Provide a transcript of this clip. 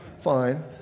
fine